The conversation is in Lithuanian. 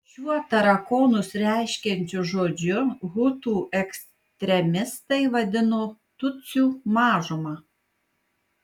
šiuo tarakonus reiškiančiu žodžiu hutų ekstremistai vadino tutsių mažumą